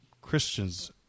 Christians